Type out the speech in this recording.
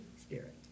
Spirit